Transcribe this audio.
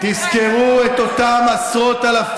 ואתם בטח תהיו